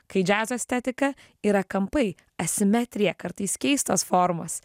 kai džiazo estetika yra kampai asimetrija kartais keistos formos